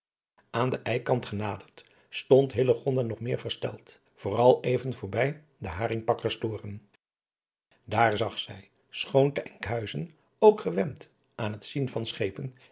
aan den ijkant genaderd stond hillegonda nog meer versteld vooral even voorbij de haringpakkers toren daar zag zij schoon te enkhuizen ook gewend aan het zien van schepen